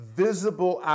visible